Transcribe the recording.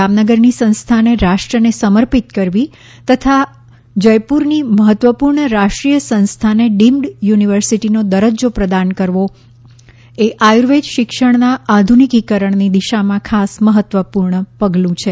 જામનગરની સંસ્થાને રાષ્ટ્રને સમર્પિત કરવી તથા જયપુરની મહત્વપૂર્ણ રાષ્ટ્રીય સંસ્થાને ડીમ્ડ યુનિવર્સિટીનો દરજ્જો પ્રદાન કરવો એ આયુર્વેદ શિક્ષણના આધુનિકીકરણની દિશામાં ખાસ મહત્વપૂર્ણ પગલું છે